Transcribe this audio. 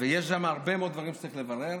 ויש שם הרבה מאוד דברים שצריך לברר.